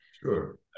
sure